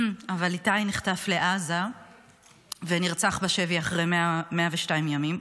אבל איתי נחטף לעזה ונרצח בשבי אחרי 102 ימים,